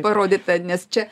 parodyta nes čia